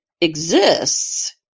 exists